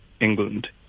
England